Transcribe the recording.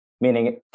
meaning